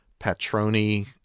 Patroni